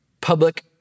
public